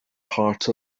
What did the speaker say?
part